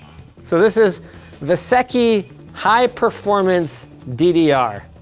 so this is vaseky high performance ddr.